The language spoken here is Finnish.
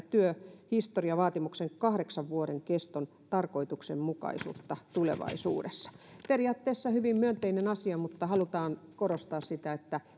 työhistoriavaatimuksen kahdeksan vuoden keston tarkoituksenmukaisuutta tulevaisuudessa periaatteessa hyvin myönteinen asia mutta haluamme korostaa sitä että